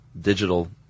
digital